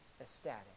ecstatic